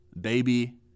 baby